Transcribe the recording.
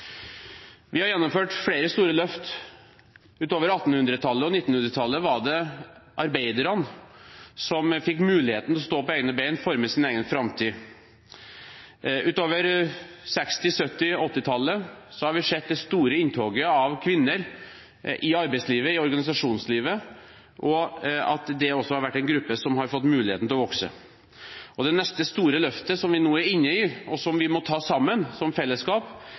Vi har gjennomført flere store løft. Utover på 1800-tallet og 1900-tallet var det arbeiderne som fikk muligheten til å stå på egne bein og forme sin egen framtid. Utover på 1960-, 1970- og 1980-tallet har vi sett det store inntoget av kvinner i arbeidslivet og i organisasjonslivet, og at det også har vært en gruppe som har fått muligheten til å vokse. Det neste store løftet som vi nå er inne i, og som vi må ta sammen som fellesskap,